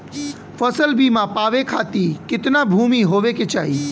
फ़सल बीमा पावे खाती कितना भूमि होवे के चाही?